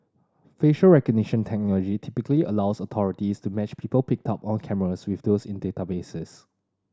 facial recognition technology typically allows authorities to match people picked up on cameras with those in databases